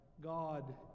God